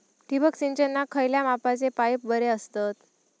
ठिबक सिंचनाक खयल्या मापाचे पाईप बरे असतत?